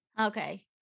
okay